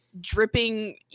dripping